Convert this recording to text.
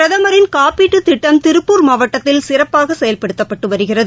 பிரதமின் காப்பீட்டுத் திட்டம் திருப்பூர் மாவட்டத்தில் சிறப்பாக செயல்படுத்தப்பட்டு வருகிறது